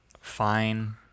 fine